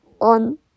on